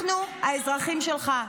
אנחנו האזרחים שלך,